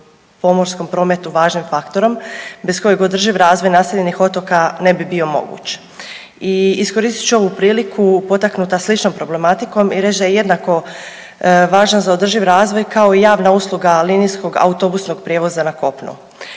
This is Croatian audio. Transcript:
pomorskom prometu važnim faktorom bez kojeg održiv razvoj naseljenih otoka ne bi bio moguć. I iskoristit ću ovu priliku potaknuta sličnom problematikom i reći da je jednako važan za održiv razvoj kao i javna usluga linijskog autobusnog prijevoza na kopno.